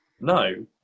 No